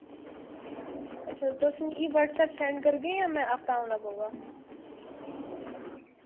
अच्छा तुस मिकी व्हाट्स एप्प सैंड करगे जां में आप्पै औना पौगा